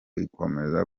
ikomeza